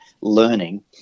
learning